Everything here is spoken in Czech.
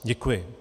Děkuji.